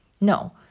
no